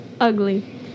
Ugly